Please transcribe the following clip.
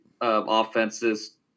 offenses